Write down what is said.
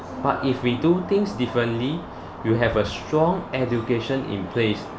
but if we do things differently you have a strong education in place